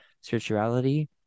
spirituality